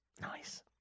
Nice